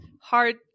hard